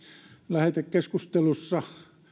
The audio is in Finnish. lähetekeskustelussa